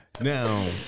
Now